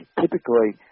typically